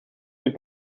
mit